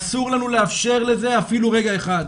אסור לנו לאפשר לזה אפילו רגע אחד.